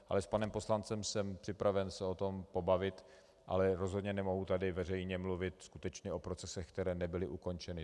Ale s panem poslancem jsem připraven se o tom pobavit, ale rozhodně tady nemohu veřejně mluvit skutečně o procesech, které nebyly ukončeny.